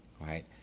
right